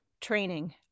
training